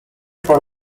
for